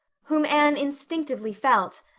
whom anne instinctively felt,